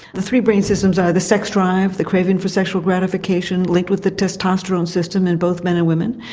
the three brain systems are the sex drive, the craving for sexual gratification linked with the testosterone system in both men and women.